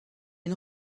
une